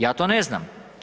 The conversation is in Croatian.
Ja to ne znam.